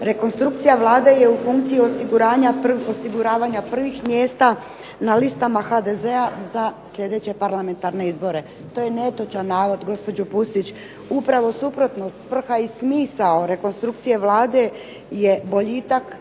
rekonstrukcija Vlade je u funkciji osiguravanja prvih mjesta na listama HDZ-a za sljedeće parlamentarne izbore. To je netočan navod gospođo Pusić. Upravo suprotno, svrha i smisao rekonstrukcije Vlade je boljitak